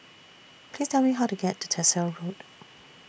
Please Tell Me How to get to Tyersall Road